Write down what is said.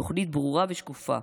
התוכנית ברורה ושקופה.